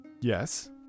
Yes